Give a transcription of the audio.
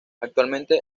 actualmente